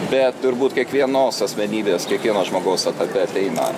bet turbūt kiekvienos asmenybės kiekvieno žmogaus etape ateina